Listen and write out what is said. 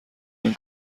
این